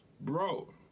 Bro